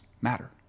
matter